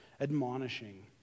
admonishing